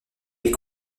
est